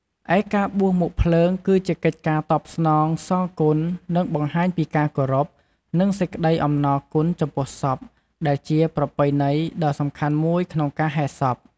ឯការបួសមុខភ្លើង គឺជាកិច្ចការតបស្នងសងគុណ និងបង្ហាញពីការគោរព និងសេចក្តីអំណរគុណចំពោះសព ដែលជាប្រពៃណីដ៏សំខាន់មួយក្នុងការហែសព។